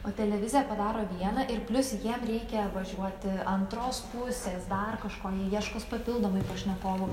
o televizija padaro vieną ir plius jiem reikia važiuoti antros pusės dar kažko jie ieškos papildomai pašnekovų